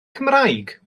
cymraeg